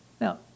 Now